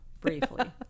briefly